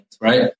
right